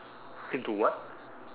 into what